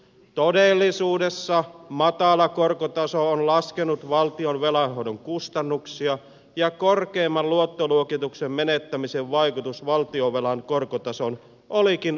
todellisuudessa matala korkotaso on laskenut valtion velanhoidon kustannuksia ja korkeimman luottoluokituksen menettämisen vaikutus valtionvelan korkotasoon olikin olematon